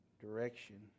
direction